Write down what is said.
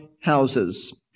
houses